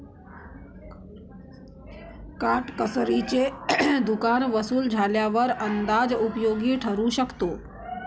काटकसरीचे दुकान वसूल झाल्यावर अंदाज उपयोगी ठरू शकतो